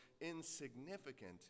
insignificant